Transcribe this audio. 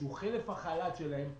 שהוא חלף החל"ת שלהם,